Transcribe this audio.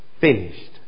finished